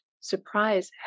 surprise